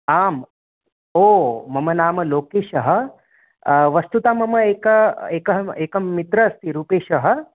आम् ओ मम नाम लोकेशः वस्तुतः मम एका एकं अहम् एकं मित्रम् अस्ति रूपेशः